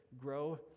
grow